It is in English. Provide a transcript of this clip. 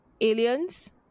aliens